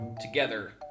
together